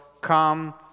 come